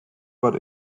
but